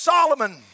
Solomon